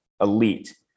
elite